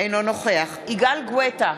אינו נוכח יגאל גואטה,